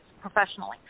professionally